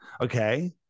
okay